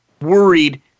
worried